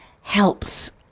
helps